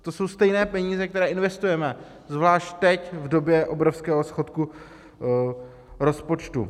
To jsou stejné peníze, které investujeme, zvlášť teď v době obrovského schodku rozpočtu.